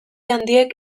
handiek